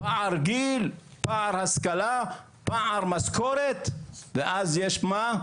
פער גיל, פער השכלה, פער משכורת ואז יש מה?